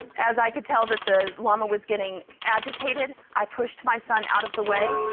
as i could tell that the llama was getting agitated, i pushed my son out of the way,